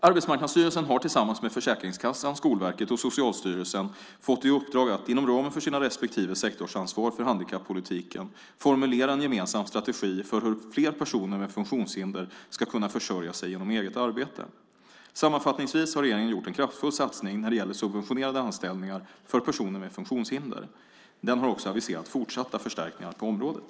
Arbetsmarknadsstyrelsen har tillsammans med Försäkringskassan, Skolverket och Socialstyrelsen fått i uppdrag att inom ramen för sina respektive sektorsansvar för handikappolitiken formulera en gemensam strategi för hur fler personer med funktionshinder ska kunna försörja sig genom eget arbete. Sammanfattningsvis har regeringen gjort en kraftfull satsning när det gäller subventionerade anställningar för personer med funktionshinder. Den har också aviserat fortsatta förstärkningar på området.